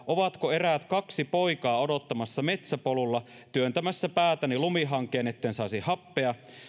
ovatko eräät kaksi poikaa odottamassa metsäpolulla työntämässä päätäni lumihankeen niin etten saisi happea niin